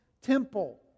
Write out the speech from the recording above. temple